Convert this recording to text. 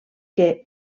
que